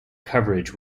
coverage